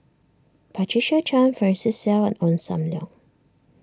Patricia Chan Francis Seow and Ong Sam Leong